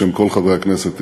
בשם כל חברי הכנסת,